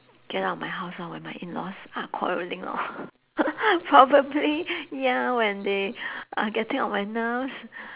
get out of my house lor when my in laws are quarrelling lor probably ya when they are getting on my nerves